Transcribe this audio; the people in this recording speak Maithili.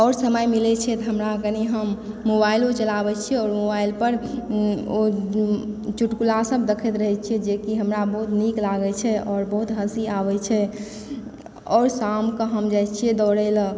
आओर समय मिलय छै तऽ हमरा कनी हम मोबाइलो चलाबय छियै आओर मोबाइलपर ओ चुटकुला सब देखैत रहय छियै जे कि हमरा बहुत नीक लागय छै आओर बहुत हँसी आबय छै आओर शामके हम जाइ छियै दौड़य लए